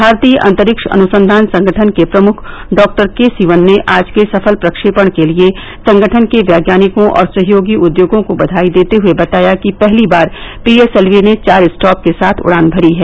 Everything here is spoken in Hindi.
भारतीय अंतरिक्ष अनुसंघान संगठन के प्रमुख डॉक्टर के सिवन ने आज के सफल प्रक्षेपण के लिए संगठन के वैज्ञानिकों और सहयोगी उघोगों को बधाई देते हये बताया कि पहली बार पीएसएलवी ने चार स्टॉप के साथ उड़ान भरी हैं